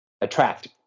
attract